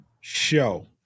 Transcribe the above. show